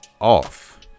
off